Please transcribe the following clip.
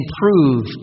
prove